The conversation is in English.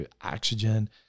oxygen